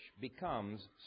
becomes